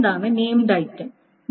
എന്താണ് named item